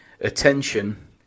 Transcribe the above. attention